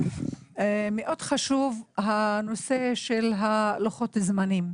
מאוד חשוב הנושא של לוחות הזמנים.